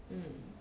um